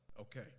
Okay